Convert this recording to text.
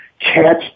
catch